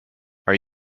are